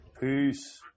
Peace